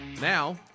Now